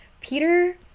Peter